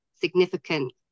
significant